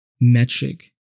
metric